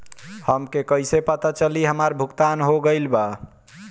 हमके कईसे पता चली हमार भुगतान हो गईल बा?